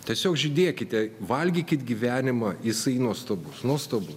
tiesiog žydėkite valgykit gyvenimą jisai nuostabus nuostabu